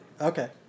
okay